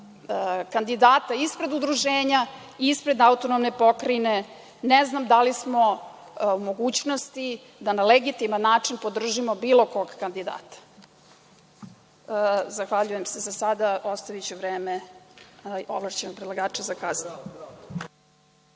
kandidata ispred udruženja, ispred AP, ne znam da li smo u mogućnosti da na legitiman način podržimo bilo kog kandidata. Zahvaljujem se za sada, ostaviću vreme ovlašćenom predlagaču za kasnije.